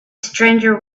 stranger